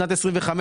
שנת 25',